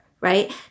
right